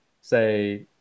say